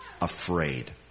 afraid